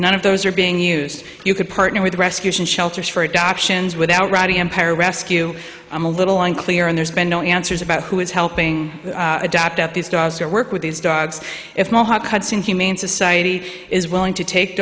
none of those are being used you could partner with rescues and shelters for adoptions without raddy empire rescue i'm a little unclear and there's been no answers about who is helping adopt out these dogs or work with these dogs if mohawk hudson humane society is willing to take